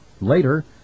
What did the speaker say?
Later